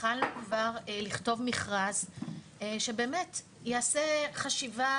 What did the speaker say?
והתחלנו כבר לכתוב מכרז שבאמת תיעשה חשיבה